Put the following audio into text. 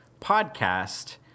podcast